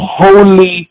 holy